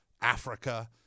Africa